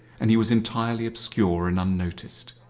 and he was entirely obscured and unnoticed.